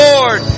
Lord